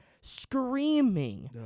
Screaming